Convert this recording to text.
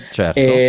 certo